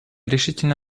решительно